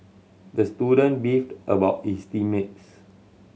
the student beefed about his team mates